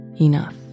enough